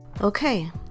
Okay